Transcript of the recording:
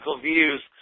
views